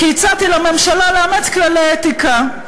כי הצעתי לממשלה לאמץ כללי אתיקה.